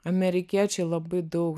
amerikiečiai labai daug